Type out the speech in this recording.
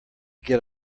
get